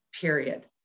period